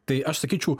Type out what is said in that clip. tai aš sakyčiau